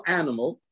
animal